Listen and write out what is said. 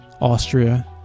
austria